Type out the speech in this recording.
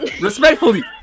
respectfully